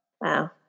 Wow